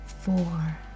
four